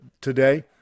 today